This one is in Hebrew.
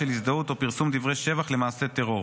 של הזדהות או פרסום דברי שבח למעשה טרור.